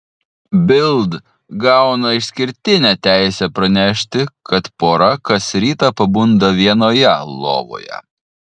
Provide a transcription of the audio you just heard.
bild gauna išskirtinę teisę pranešti kad pora kas rytą pabunda vienoje lovoje